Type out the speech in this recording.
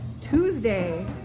Tuesday